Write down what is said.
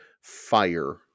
fire